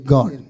God